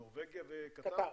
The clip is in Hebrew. הן נורבגיה וקטאר.